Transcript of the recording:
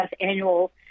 annual